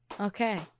Okay